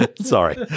Sorry